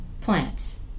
plants